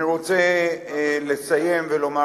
אני רוצה לסיים ולומר,